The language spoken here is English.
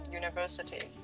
university